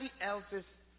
else's